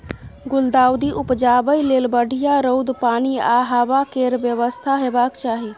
गुलदाउदी उपजाबै लेल बढ़ियाँ रौद, पानि आ हबा केर बेबस्था हेबाक चाही